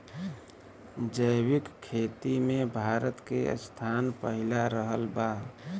जैविक खेती मे भारत के स्थान पहिला रहल बा